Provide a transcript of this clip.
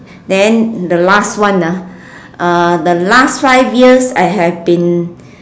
then the last one ah uh the last five years I have been